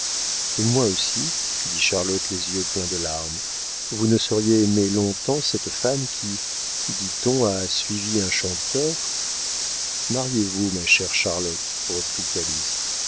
et moi aussi dit charlotte les yeux pleins de larmes vous ne sauriez aimer longtemps cette femme qui dit-on a suivi un chanteur mariez-vous ma chère charlotte reprit